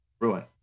Ruin